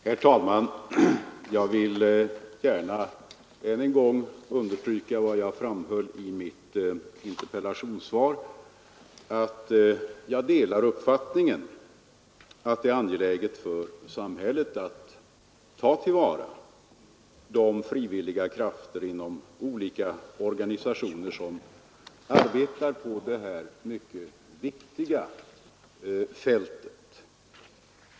Herr talman! Jag vill gärna än en gång understryka vad jag framhöll i mitt interpellationssvar, att jag delar uppfattningen att det är angeläget för samhället att ta till vara de frivilliga krafter inom olika organisationer som arbetar på det här mycket viktiga fältet.